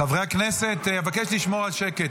חברי הכנסת, אני מבקש לשמור על שקט.